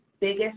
biggest